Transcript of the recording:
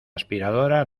aspiradora